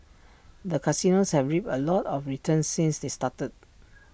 the casinos have reaped A lot of returns since they started